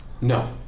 No